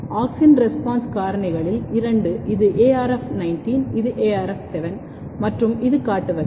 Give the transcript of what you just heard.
auxin response காரணிகளில் இரண்டு இது arf19 இது arf7 மற்றும் இது காட்டு வகை